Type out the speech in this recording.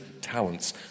talents